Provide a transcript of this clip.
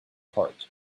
heart